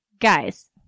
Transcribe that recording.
guys